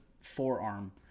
forearm